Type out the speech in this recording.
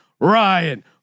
Ryan